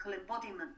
embodiment